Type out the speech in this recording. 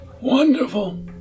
Wonderful